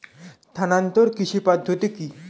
স্থানান্তর কৃষি পদ্ধতি কি?